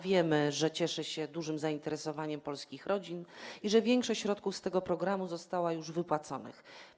Wiemy, że cieszy się dużym zainteresowaniem polskich rodzin i że większość środków z tego programu została już wypłacona.